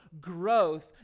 growth